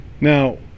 now